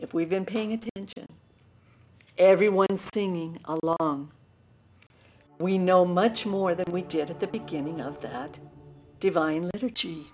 if we've been paying attention everyone stinging along we know much more than we did at the beginning of the divine